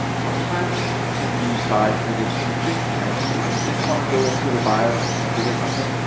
sometimes it can be five minutes booting. and if you just wanna go into the bios and configure something,